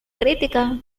critica